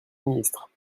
ministre